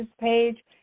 page